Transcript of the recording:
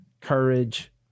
courage